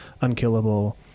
unkillable